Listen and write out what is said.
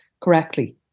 correctly